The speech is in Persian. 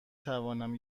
توانم